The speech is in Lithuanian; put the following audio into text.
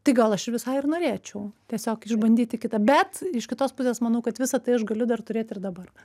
tai gal aš visai ir norėčiau tiesiog išbandyti kita bet iš kitos pusės manau kad visa tai aš galiu dar turėt ir dabar